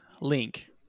Link